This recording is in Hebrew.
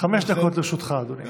חמש דקות לרשותך, אדוני.